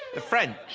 the french ah,